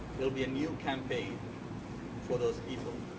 it will be a new campaign for those people.